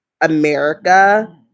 America